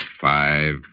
Five